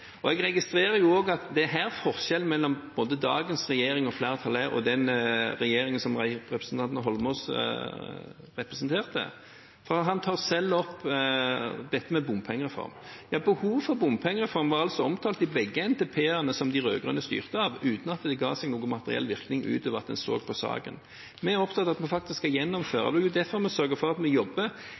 Jeg registrerer også at det er her forskjellen er mellom både dagens regjering og flertall, og den regjeringen som representanten Holmås representerte. Han tar selv opp dette med bompengereform. Ja, behovet for en bompengereform var altså omtalt i begge NTP-ene de rød-grønne styrte etter, uten at det ga seg noen materiell virkning utover at man så på saken. Vi er opptatt av at vi faktisk skal gjennomføre. Det er derfor vi sørger for at vi jobber,